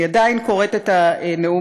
אני עדיין קוראת את הנאום